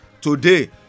today